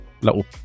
little